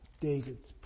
David's